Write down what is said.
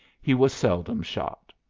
he was seldom shot.